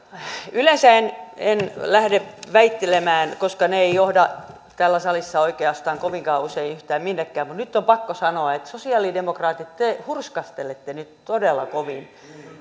yleensä en lähde väittelemään koska se ei johda täällä salissa oikeastaan kovinkaan usein yhtään minnekään mutta nyt on pakko sanoa että sosiaalidemokraatit te hurskastelette nyt todella kovin